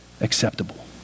acceptable